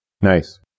Nice